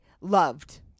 loved